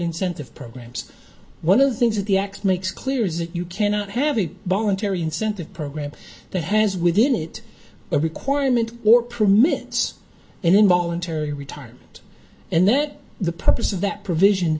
incentive programs one of the things that the x makes clear is that you cannot have a bar in terry incentive program that has within it a requirement or permits and involuntary retirement and that the purpose of that provision